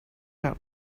out